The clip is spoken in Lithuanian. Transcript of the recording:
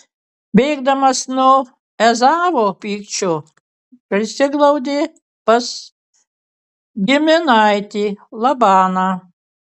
bėgdamas nuo ezavo pykčio prisiglaudė pas giminaitį labaną